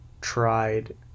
tried